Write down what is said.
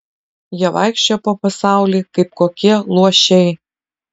jie vaikščioja po pasaulį kaip kokie luošiai